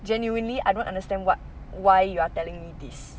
genuinely I don't understand what why you are telling me this